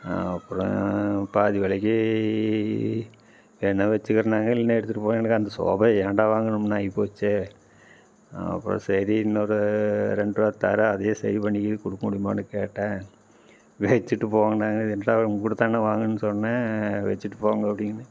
அப்புறோம் பாதி விலக்கி வேணாம் வெச்சுக்கிறேனாங்க இல்லைனா எடுத்துகிட்டு போ எனக்கு அந்த சோபா ஏன்டா வாங்கினோம்னு ஆகி போச்சு அப்புறம் சரி இன்னொரு ரெண்ருபா தரேன் அதையே சரி பண்ணி கொடுக்க முடியுமான்னு கேட்டேன் வெச்சுட்டு போன்னாங்க இது என்னடா உங்ககிட்டே தானே வாங்கினன் சொன்னேன் வெச்சுட்டு போங்க அப்படினு